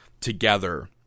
together